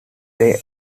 day